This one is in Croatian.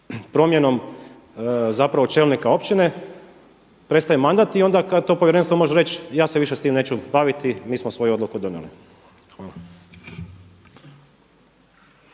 Promjenom zapravo čelnika općine prestaje mandat i onda kad to Povjerenstvo može reći ja se više s tim neću baviti, mi smo svoju odluku donijeli.